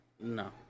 No